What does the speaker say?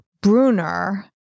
Bruner